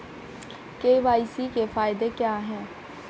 KYC के फायदे क्या है?